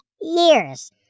years